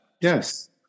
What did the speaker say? Yes